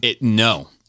No